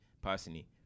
Personally